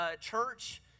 church